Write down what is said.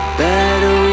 better